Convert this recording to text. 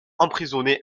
emprisonné